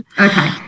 Okay